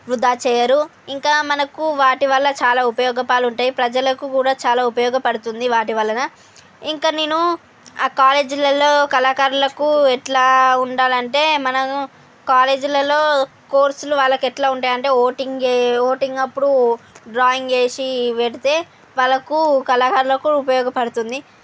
వృధా చేయరు ఇంకా మనకు వాటి వల్ల చాలా ఉపయోగ పాలు ఉంటాయి ప్రజలకు కూడా చాలా ఉపయోగపడుతుంది వాటి వలన ఇంక నేను ఆ కాలేజీలలో కళాకారులకు ఎట్లా ఉండాలంటే మనం కాలేజీలలో కోర్సులు వాళ్లకెట్లా ఉంటాయంటే ఓటింగ్ ఏ ఓటింగ్ అప్పుడు డ్రాయింగ్ వేసి పెడితే వాళ్లకు కళాకారులకు ఉపయోగపడుతుంది